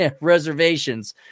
reservations